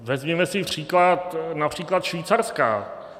Vezměme si příklad například Švýcarska.